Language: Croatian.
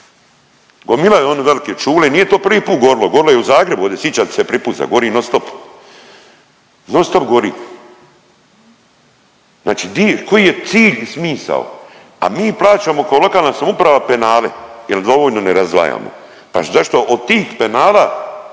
Gomilaju oni velike čule, nije to prvi put gorilo, gorilo je i u Zagrebu ovdje, sićate se Pripuza, gori non stop, non stop gori, znači div, koji je cilj i smisao, a mi plaćamo ko lokalna samouprava penale jel dovoljno ne razdvajamo, pa zašto od tih penala